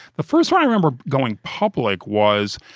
the first one i remember going public was,